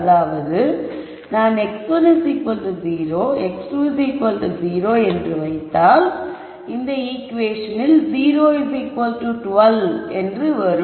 அதாவது நான் x1 0 x2 0 என்று வைத்தாள் 012 என்று வரும்